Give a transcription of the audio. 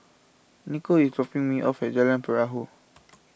Nikko is dropping me off at Jalan Perahu